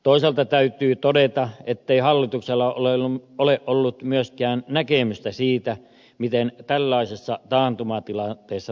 toisaalta täytyy todeta ettei hallituksella ole ollut myöskään näkemystä siitä miten tällaisessa taantumatilanteessa tulee toimia